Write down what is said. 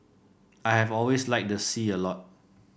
I have always liked the sea a lot